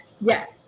Yes